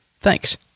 Thanks